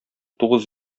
тугыз